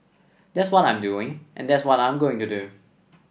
that's what I'm doing and that's what I'm going to do